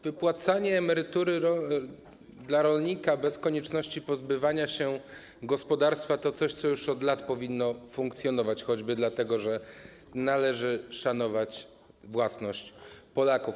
Wypłacanie emerytury dla rolnika bez konieczności pozbywania się gospodarstwa to coś, co już od lat powinno funkcjonować choćby dlatego, że należy szanować własność Polaków.